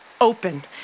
open